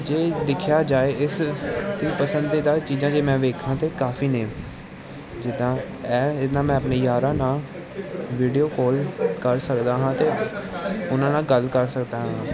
ਜੇ ਦੇਖਿਆ ਜਾਵੇ ਇਸ ਤ ਪਸੰਦੀਦਾ ਚੀਜ਼ਾਂ ਜੇ ਮੈਂ ਵੇਖਾਂ ਤਾਂ ਕਾਫੀ ਨੇ ਜਿੱਦਾਂ ਇਹ ਇਹਦਾ ਮੈਂ ਆਪਣੇ ਯਾਰਾਂ ਨਾਲ ਵੀਡੀਓ ਕੌਲ ਕਰ ਸਕਦਾ ਹਾਂ ਅਤੇ ਉਹਨਾਂ ਨਾਲ ਗੱਲ ਕਰ ਸਕਦਾ ਹਾਂ